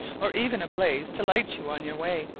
or even a blaze to light you on your way.